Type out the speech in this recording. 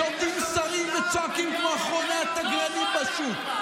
שעומדים שרים וצועקים כמו אחרוני התגרנים בשוק.